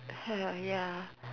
ya